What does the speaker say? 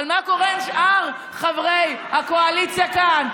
אבל מה קורה עם שאר חברי הקואליציה כאן?